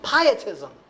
pietism